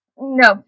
No